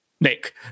Nick